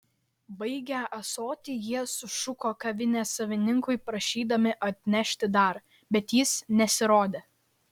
baigę ąsotį jie sušuko kavinės savininkui prašydami atnešti dar bet jis nesirodė